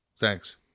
thanks